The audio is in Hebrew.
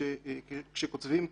שכקוצבים כהונה,